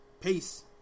Peace